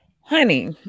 Honey